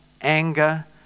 anger